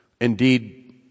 Indeed